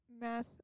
math